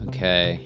Okay